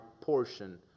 portion